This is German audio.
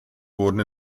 wurden